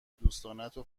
دوستانتو